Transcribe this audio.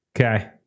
okay